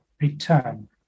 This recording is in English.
return